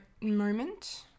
moment